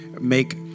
make